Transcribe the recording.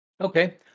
Okay